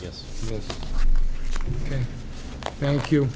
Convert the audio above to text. yes thank you